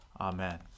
Amen